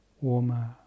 warmer